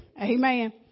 Amen